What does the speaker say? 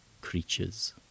creatures